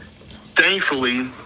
Thankfully